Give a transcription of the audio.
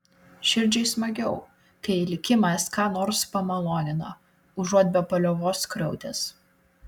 širdžiai smagiau kai likimas ką nors pamalonina užuot be paliovos skriaudęs